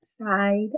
side